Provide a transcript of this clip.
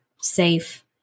safe